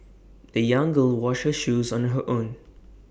the young girl washed her shoes on her own